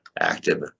active